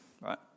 right